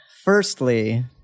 firstly